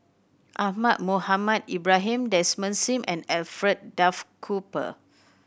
Ahmad Mohamed Ibrahim Desmond Sim and Alfred Duff Cooper